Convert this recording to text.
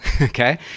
okay